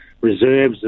reserves